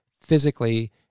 physically